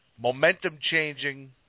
momentum-changing